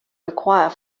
require